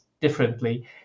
differently